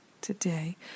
today